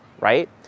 right